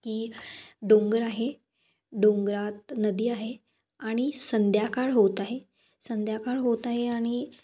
की डोंगर आहे डोंगरात नदी आहे आणि संध्याकाळ होत आहे संध्याकाळ होत आहे आणि